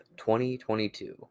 2022